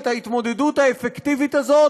את ההתמודדות האפקטיבית הזאת,